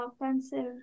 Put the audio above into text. Offensive